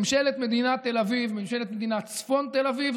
ממשלת מדינת תל אביב, ממשלת מדינת צפון תל אביב.